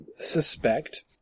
suspect